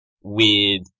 weird